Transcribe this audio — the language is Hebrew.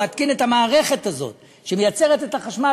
הוא מתקין את המערכת הזאת שמייצרת את החשמל,